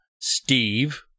Steve